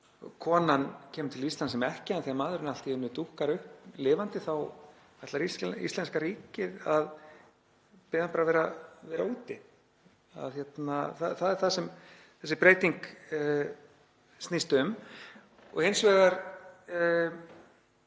Konan kemur til Íslands sem ekkja en þegar maðurinn allt í einu dúkkar upp lifandi þá ætlar íslenska ríkið að biðja hann bara að vera úti. Það er það sem þessi breyting snýst um. Hins vegar